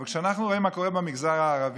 אבל כשאנחנו רואים מה קורה במגזר הערבי,